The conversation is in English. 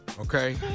Okay